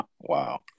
Wow